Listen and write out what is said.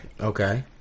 Okay